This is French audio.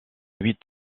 huit